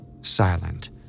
silent